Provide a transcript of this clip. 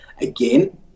Again